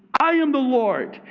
i am the lord.